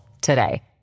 today